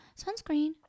Sunscreen